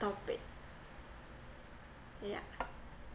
topic yeah